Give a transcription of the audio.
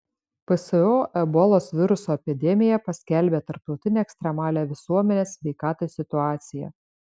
pso ebolos viruso epidemiją paskelbė tarptautine ekstremalia visuomenės sveikatai situacija